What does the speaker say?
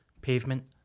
pavement